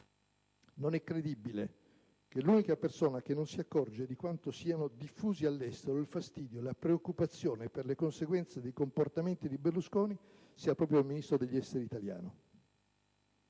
Non è credibile che l'unica persona che non si accorge di quanto siano diffusi all'estero il fastidio e la preoccupazione per le conseguenze dei comportamenti di Berlusconi sia proprio il Ministro degli affari esteri italiano.